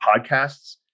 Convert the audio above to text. podcasts